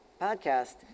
podcast